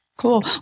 Cool